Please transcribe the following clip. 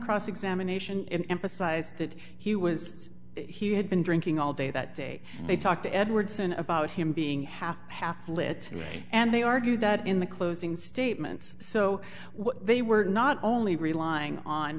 cross examination in emphasize that he was he had been drinking all day that day they talked to edwards and about him being half half lit and they argued that in the closing statements so what they were not only relying on